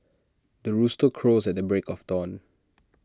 the rooster crows at the break of dawn